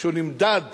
כשהוא נמדד